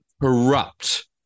corrupt